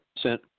sent